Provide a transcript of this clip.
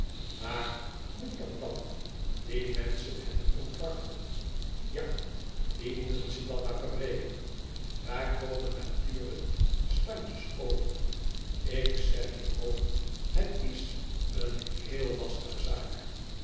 hoe moet dat dan die menschen hebben contrakten ja die moeten ze dan maar verbreken daar komen natuurlijk standjes over ik zeg je ook het is een héele lastige zaak